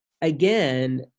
Again